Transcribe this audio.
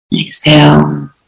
Exhale